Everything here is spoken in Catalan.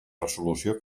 resolució